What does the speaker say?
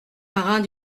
marins